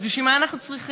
אז בשביל מה אנחנו צריכים?